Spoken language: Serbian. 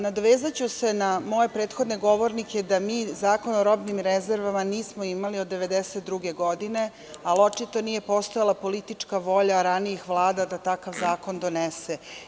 Nadovezaću se na moje prethodne govornike da mi Zakon o robnim rezervama nismo imali od 1992. godine, ali očito nije postojala politička volja ranijih vlada da takav zakon donese.